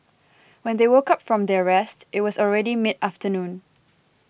when they woke up from their rest it was already mid afternoon